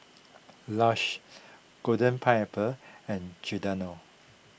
Lush Golden Pineapple and Giordano